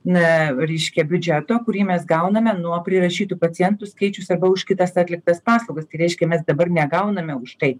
na ryškia biudžeto kurį mes gauname nuo prirašytų pacientų skaičius arba už kitas atliktas paslaugas tai reiškia mes dabar negauname už tai